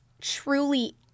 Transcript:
truly